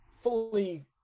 fully –